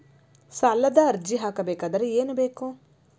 ಸಾಲದ ಅರ್ಜಿ ಹಾಕಬೇಕಾದರೆ ಏನು ಬೇಕು?